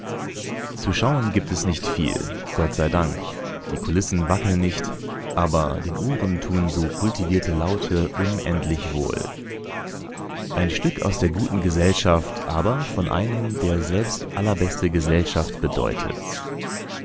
zu schauen gibt es nicht viel gott sei dank die kulissen wackeln nicht aber den ohren tun so kultivierte laute unendlich wohl ein stück aus der guten gesellschaft aber von einem der selbst allerbeste gesellschaft bedeutet